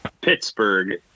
Pittsburgh